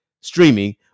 streaming